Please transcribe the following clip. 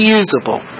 usable